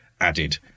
added